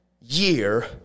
year